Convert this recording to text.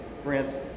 France